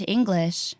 English